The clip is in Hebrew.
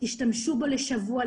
תשתמשו בו לשבוע,